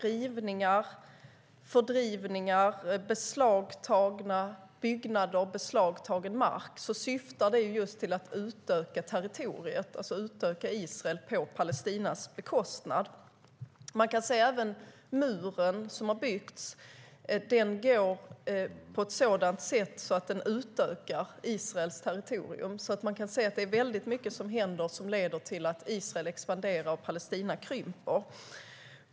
Rivningar, fördrivningar, beslagtagna byggnader och beslagtagen mark syftar till att utöka territoriet, att utöka Israel på Palestinas bekostnad. Även muren som har byggts går på ett sådant sätt att Israels territorium utökas. Det är alltså mycket som leder till att Israel expanderar och Palestina krymper.